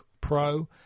Pro